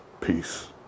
Peace